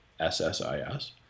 SSIS